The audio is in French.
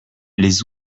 les